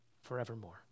forevermore